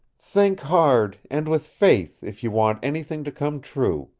think hard, and with faith, if you want anything to come true,